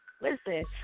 Listen